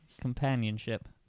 companionship